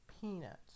peanuts